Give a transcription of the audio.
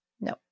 no